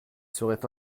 serait